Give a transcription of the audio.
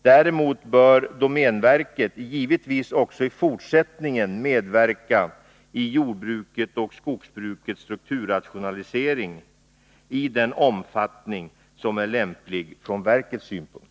Däremot bör domänverket givetvis också i fortsättningen medverka i jordbrukets och skogsbrukets strukturrationalisering i den omfattning som är lämplig från verkets synpunkt.